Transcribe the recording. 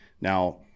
Now